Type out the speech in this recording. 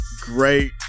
great